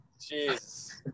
Jeez